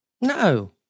No